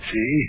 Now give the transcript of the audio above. See